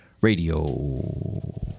Radio